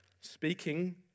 speaking